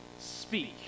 speak